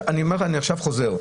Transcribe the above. אני אומר לה: אני עכשיו חוזר,